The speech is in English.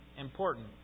important